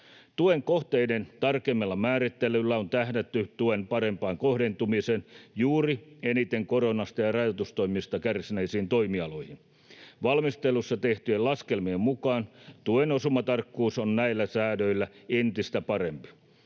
Tuen kohteiden tarkemmalla määrittelyllä on tähdätty tuen parempaan kohdentumiseen juuri eniten koronasta ja rajoitustoimista kärsineisiin toimialoihin. Valmistelussa tehtyjen laskelmien mukaan tuen osumatarkkuus on näillä säädöillä entistä parempi.